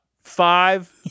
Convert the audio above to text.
five